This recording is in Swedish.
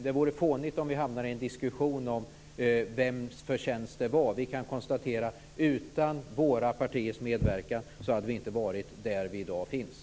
Det vore fånigt om vi hamnade i en diskussion om vems förtjänst detta är. Vi kan dock konstatera att utan våra partiers medverkan hade vi inte varit där vi är i dag.